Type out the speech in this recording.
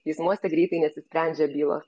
teismuose greitai nesisprendžia bylos